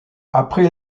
après